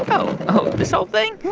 oh, this old thing?